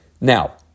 Now